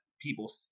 people